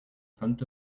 front